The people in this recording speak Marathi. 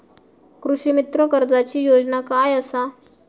कृषीमित्र कर्जाची योजना काय असा?